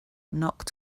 knocked